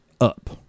up